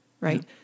Right